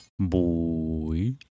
boy